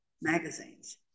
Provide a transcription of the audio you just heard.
magazines